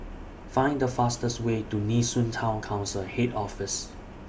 Find The fastest Way to Nee Soon Town Council Head Office